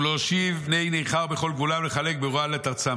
"ולהושיב בני נכר בכל גבולם ולחלק בגורל את ארצם.